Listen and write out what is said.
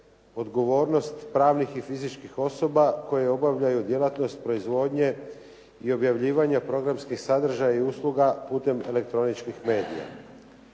odgovornost pravnih i fizičkih osoba koje obavljaju djelatnost proizvodnje i objavljivanja programskih sadržaja i usluga putem elektroničkih medija.